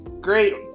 great